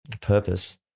purpose